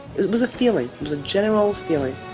it was a feeling was a general feeling